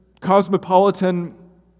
cosmopolitan